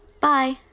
Bye